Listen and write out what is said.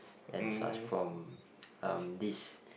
and such from um this